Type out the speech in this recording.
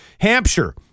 Hampshire